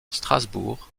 strasbourg